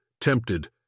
tempted